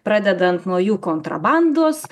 pradedant nuo jų kontrabandos